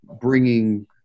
bringing